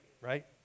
right